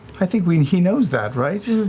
i think i mean he knows that, right?